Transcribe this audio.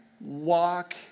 walk